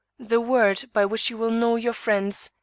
the word, by which you will know your friends,